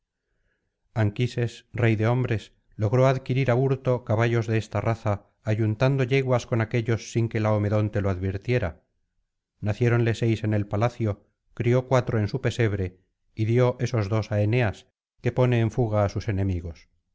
anquises rey de hombres logró adquirir á hurto caballos de esta raza ayuntando yeguas con aquéllos sin que laomedonte lo advirtiera naciéronle seis en el palacio crió cuatro en su pesebre y dio esos dos á eneas que pone en fuga á sus enemigos